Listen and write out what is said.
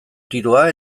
tiroa